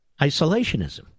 Isolationism